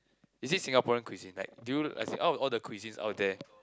is it Singaporean cuisine like do you as in all all the cuisines out there